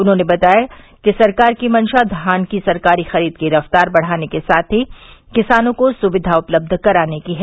उन्होंने बताया कि सरकार की मंशा धान की सरकारी खरीद की रफ़तार बढ़ाने के साथ ही किसानों को सुविधा उपलब्ध कराने की है